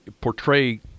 portray